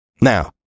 Now